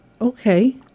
okay